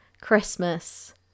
Christmas